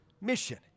mission